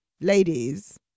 Ladies